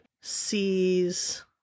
sees